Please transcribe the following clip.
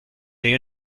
the